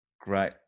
Great